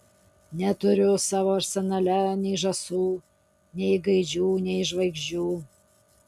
neturiu savo arsenale nei žąsų nei gaidžių nei žvaigždžių